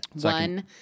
one